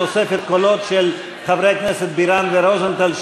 בתוספת הקולות של חברי הכנסת בירן ורוזנטל,